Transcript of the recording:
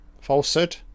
Falsehood